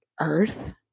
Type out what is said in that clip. Earth